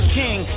king